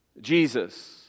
Jesus